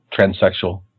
transsexual